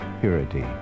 purity